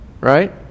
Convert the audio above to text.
Right